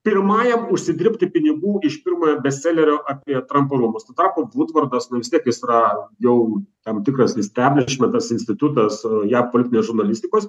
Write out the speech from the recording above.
pirmajam užsidirbti pinigų iš pirmojo bestselerio apie trampo rūmus tuo tarpu vudvordas nu vis tiek jis yra jau tam tikras isteblišmentas institutas jav politinės žurnalistikos